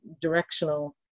directional